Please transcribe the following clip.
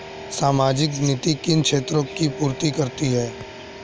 सामाजिक नीति किन क्षेत्रों की पूर्ति करती है?